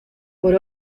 por